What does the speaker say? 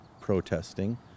protesting